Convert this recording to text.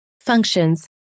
functions